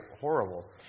horrible